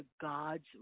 God's